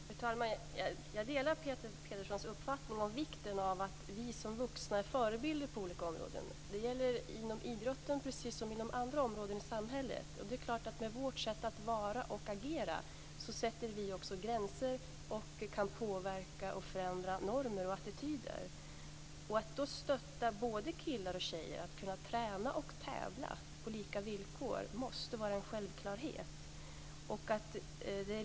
Fru talman! Jag delar Peter Pedersens uppfattning om vikten av att vi som vuxna är förebilder på olika områden. Det gäller inom idrotten precis som inom andra områden i samhället. Med vårt sätt att vara och agera sätter vi gränser och kan påverka och förändra normer och attityder. Att då stötta både killar och tjejer och se till att de kan träna och tävla på lika villkor måste vara en självklarhet.